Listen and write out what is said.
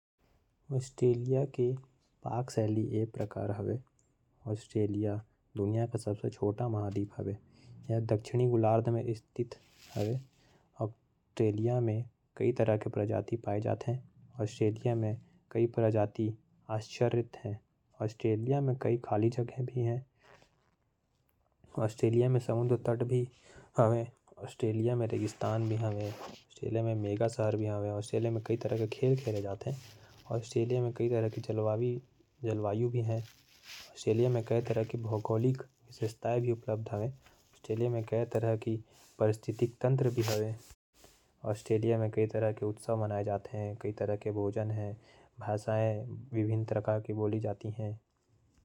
ऑस्ट्रेलिया के पाक शैली कुछ ये प्रकार है। ये सबसे छोटा महाद्वीप है यहां बहुत सारा प्रजाति पाए। जाते यहां कई प्रजाति आश्चर्य करे वाला होयल। यहां समुद्री तट भी है यहां के जलवायु भी भिन्न है। यहां बहुत तरह के भोजन खाते। और यहां भिन्न प्रकार के खेल खेलते।